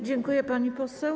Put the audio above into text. Dziękuję, pani poseł.